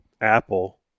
Apple